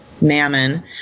mammon